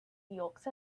yolks